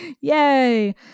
Yay